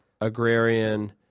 agrarian